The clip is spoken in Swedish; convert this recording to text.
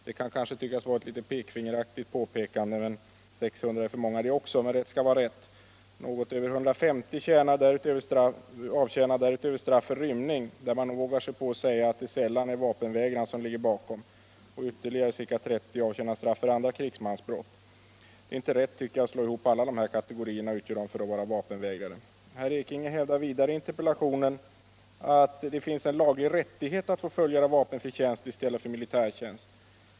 Det kan kanske tyckas vara ett något pekfingeraktigt påpekande — 600 är för många det också — men rätt skall vara rätt. Något över 150 avtjänar därutöver straff för rymning, och man vågar nog säga att det sällan är vapenvägran som där ligger bakom. Ytterligare ca 30 avtjänar straff för andra krigsmansbrott. Det är inte rätt att slå ihop alla dessa kategorier och utge dem för att vara vapenvägrare. Herr Ekinge hävdar vidare i sin interpellation att det finns en laglig rättighet att få fullgöra vapenfri tjänst i stället för militärtjänst.